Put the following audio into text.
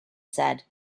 said